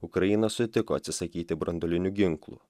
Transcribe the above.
ukraina sutiko atsisakyti branduolinių ginklų